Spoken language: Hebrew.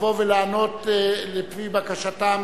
לבוא ולענות, לפי בקשתם